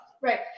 right